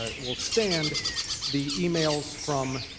ah will stand the emails from